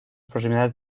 proximidades